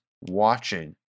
watching